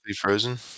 frozen